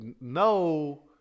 no